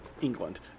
England